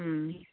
उम